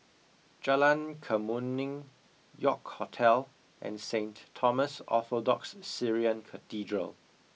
Jalan Kemuning York Hotel and Saint Thomas Orthodox Syrian Cathedral